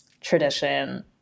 tradition